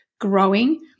growing